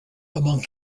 among